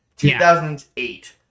2008